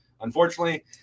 unfortunately